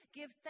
give